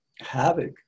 havoc